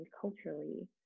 culturally